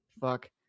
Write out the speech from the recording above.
Fuck